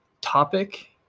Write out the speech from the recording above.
topic